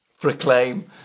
proclaim